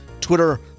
Twitter